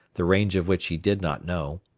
the range of which he did not know,